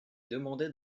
demandait